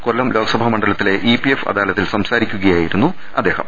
കൊല്ലം ലോക്സഭാ മണ്ഡലത്തിലെ ഇപിഎഫ് അദാലത്തിൽ സംസാരിക്കു കയായിരുന്നു അദ്ദേഹം